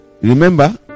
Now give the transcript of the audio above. remember